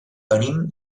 venim